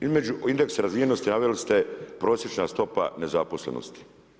Između indeksa razvijenosti naveli ste prosječna stopa nezaposlenosti.